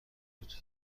بود